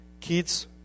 kids